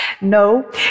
No